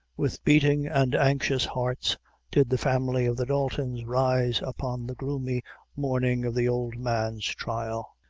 with beating and anxious hearts did the family of the daltons rise upon the gloomy morning of the old man's trial.